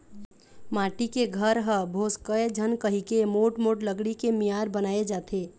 माटी के घर ह भोसकय झन कहिके मोठ मोठ लकड़ी के मियार बनाए जाथे